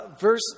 verse